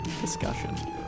discussion